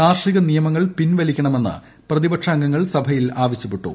കാർഷിക നിയമങ്ങൾ പിൻവലിക്കണമെന്ന് പ്രതിപക്ഷ അംഗങ്ങൾ സഭയിൽ ആവശ്യപ്പെട്ടു